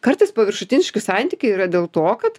kartais paviršutiniški santykiai yra dėl to kad